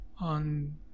on